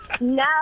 No